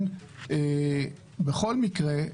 בכל מקרה,